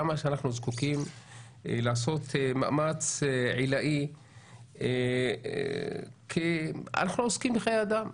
כמה שאנחנו זקוקים לעשות מאמץ עילאי כי אנחנו עוסקים בחיי אדם.